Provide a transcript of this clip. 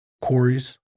quarries